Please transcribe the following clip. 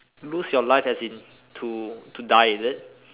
lose your life as in to to die is it